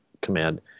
command